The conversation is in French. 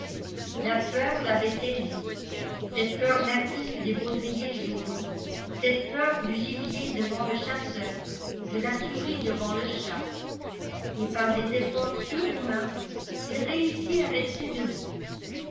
la peur l'avait saisi cette peur native des baudriers jaunes cette peur du gibier devant le chasseur de la souris devant le chat et par des efforts surhumains il réussit à rester debout